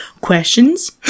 questions